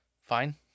fine